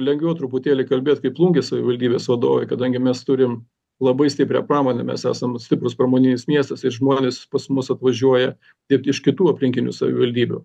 lengviau truputėlį kalbėt kaip plungės savivaldybės vadovai kadangi mes turim labai stiprią pramonę mes esam stiprus pramoninis miestas ir žmonės pas mus atvažiuoja dirbt iš kitų aplinkinių savivaldybių